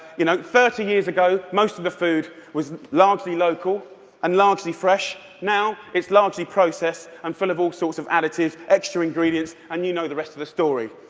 you know thirty years ago, most of the food was largely local and largely fresh. now it's largely processed and full of all sorts of additives, extra ingredients, and you know the rest of the story.